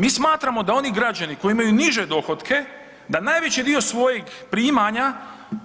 Mi smatramo da oni građani koji imaju niže dohotke da najveći dio svojeg primanja